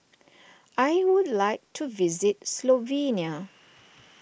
I would like to visit Slovenia